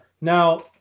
Now